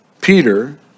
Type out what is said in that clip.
Peter